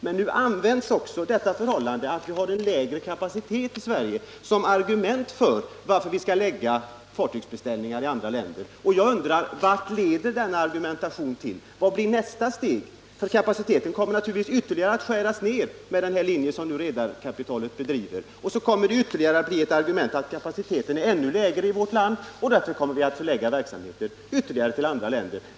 Men nu används också dessa förhållanden, att vi har en lägre kapacitet i Sverige, som argument för att lägga fartygsbeställningar i andra länder. Jag undrar: Vart leder denna argumentation? Vad blir nästa steg? För kapaciteten kommer naturligtvis att skäras ned ytterligare med den linje som redarkapitalet här följer, och det kommer i sin tur att bli ett ytterligare argument för att förlägga ytterligare verksamhet till andra länder.